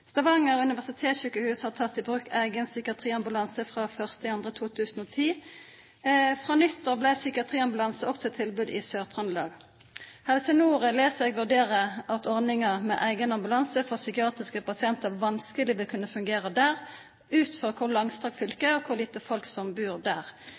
Stavanger Universitetssjukehus har tatt i bruk en egen psykiatriambulanse fra 1. februar 2010. Fra nyttår ble psykiatriambulansen også et tilbud i Sør-Trøndelag. Helse Nord, leser jeg, vurderer at ordningen med egen ambulanse for psykiatriske pasienter vanskelig vil kunne fungere der, ut fra hvor langstrakt